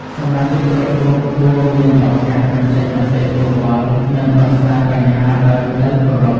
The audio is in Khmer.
សមាជិកគ្រប់រូបគួរមានឱកាសបញ្ចេញមតិយោបល់ និងដោះស្រាយបញ្ហាដោយក្ដីគោរព។